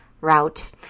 route